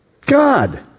God